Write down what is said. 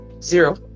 zero